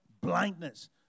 blindness